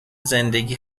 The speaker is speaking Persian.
زندگی